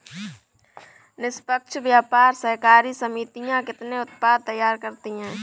निष्पक्ष व्यापार सहकारी समितियां कितने उत्पाद तैयार करती हैं?